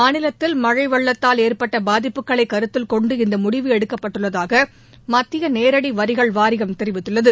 மாநிலத்தில் மழை வெள்ளத்தால் ஏற்பட்ட பாதிப்புகளை கருத்தில் கொண்டு இந்த முடிவு எடுக்கப்பட்டுள்ளதாக மத்திய நேரடி வரிகள் வாரியம் தெரிவித்துள்ளது